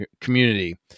community